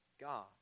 God